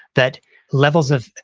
that levels of,